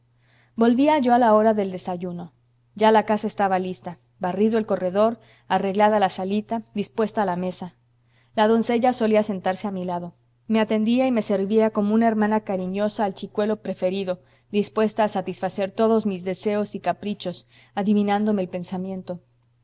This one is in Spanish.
distantes volvía yo a la hora del desayuno ya la casa estaba lista barrido el corredor arreglada la salita dispuesta la mesa la doncella solía sentarse a mi lado me atendía y me servía como una hermana cariñosa al chicuelo preferido dispuesta a satisfacer todos mis deseos y caprichos adivinándome el pensamiento